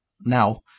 now